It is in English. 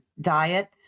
diet